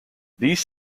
these